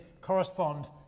correspond